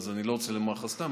אז אני לא רוצה לומר לך סתם.